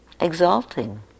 exalting